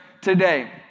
today